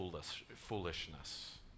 foolishness